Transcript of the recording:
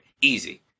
Easy